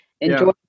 enjoy